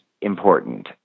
important